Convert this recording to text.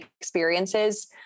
experiences